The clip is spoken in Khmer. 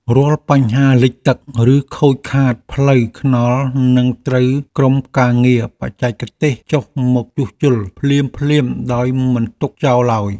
រាល់បញ្ហាលិចទឹកឬខូចខាតផ្លូវថ្នល់នឹងត្រូវក្រុមការងារបច្ចេកទេសចុះមកជួសជុលភ្លាមៗដោយមិនទុកចោលឡើយ។